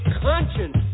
conscience